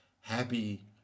happy